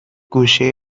گوشه